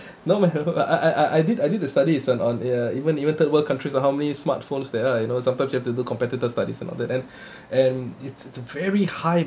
not my [ho] I I I did I did a study it's on ya even even third world countries how many smartphones there are you know sometimes you have to do competitors studies and all that and and it's it's very high